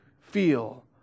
feel